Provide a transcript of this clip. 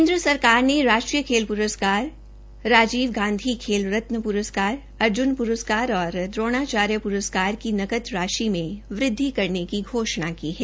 केन्द्र सरकार ने राष्ट्रीय खेल पुरस्कार राजीव गांधी खेल रत्न पुरस्कार अर्जुन पुरस्कार और द्रोणाचार्य प्रस्कार की नकद राशि में वृद्धि करने की घोषणा की है